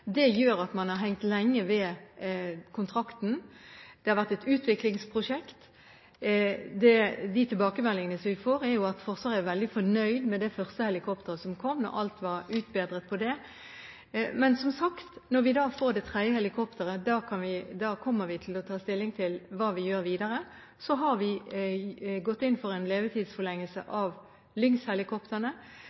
Det gjør at man har hengt lenge ved kontrakten. Det har vært et utviklingsprosjekt. De tilbakemeldingene som vi får, er jo at Forsvaret er veldig fornøyd med det første helikopteret som kom, etter at alt var utbedret på det. Men, som sagt, når vi får det tredje helikopteret, kommer vi til å ta stilling til hva vi skal gjøre videre. Så har vi gått inn for en levetidsforlengelse av